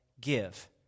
Give